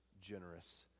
generous